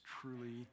truly